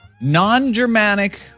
Non-Germanic